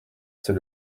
c’est